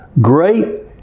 great